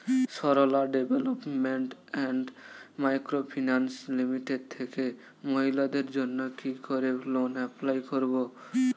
Sarala development and micro finance limited থেকে মহিলাদের জন্য কি করে লোন এপ্লাই করব?